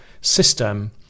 system